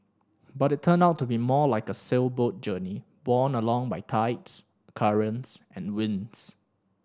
but it turned out to be more like a sailboat journey borne along by tides currents and winds